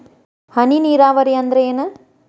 ಹನಿ ನೇರಾವರಿ ಅಂದ್ರ ಏನ್?